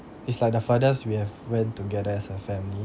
it's like the furthest we have went together as a family